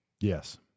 Yes